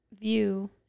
view